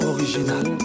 Original